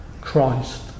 Christ